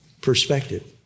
perspective